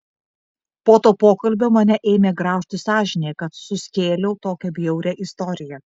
po to pokalbio mane ėmė graužti sąžinė kad suskėliau tokią bjaurią istoriją